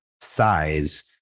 size